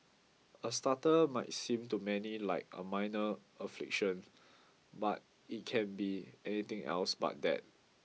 a stutter might seem to many like a minor affliction but it can be anything else but that